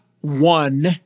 one